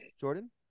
Jordan